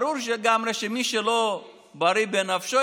ברור לגמרי שמי שלא בריא בנפשו,